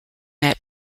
met